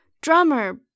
Drummer